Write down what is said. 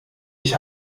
ich